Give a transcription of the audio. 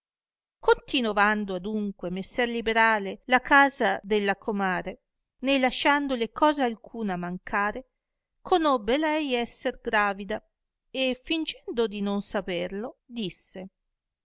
promise continovando adunque messer liberale la casa della comare né lasciandole cosa alcuna mancare conobbe lei esser gravida e fingendo di non saperlo disse